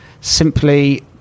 simply